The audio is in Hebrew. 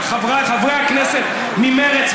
אבל חברי הכנסת ממרצ,